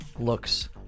looks